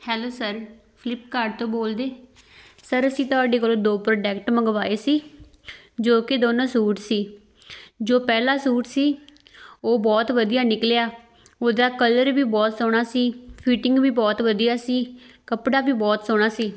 hello sir Flipkart ਤੋਂ ਬੋਲਦੇ sir ਅਸੀਂ ਤੁਹਾਡੇ ਕੋਲੋਂ ਦੋ ਪ੍ਰੋਡਕਟ ਮੰਗਵਾਏ ਸੀ ਜੋ ਕਿ ਦੋਨੋਂ ਸੂਟ ਸੀ ਜੋ ਪਹਿਲਾ ਸੂਟ ਸੀ ਉਹ ਬਹੁਤ ਵਧੀਆ ਨਿਕਲਿਆ ਉਹਦਾ ਕਲਰ ਵੀ ਬਹੁਤ ਸੋਹਣਾ ਸੀ ਫਿਟਿੰਗ ਵੀ ਬਹੁਤ ਵਧੀਆ ਸੀ ਕੱਪੜਾ ਵੀ ਬਹੁਤ ਸੋਹਣਾ ਸੀ